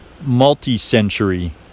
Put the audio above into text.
multi-century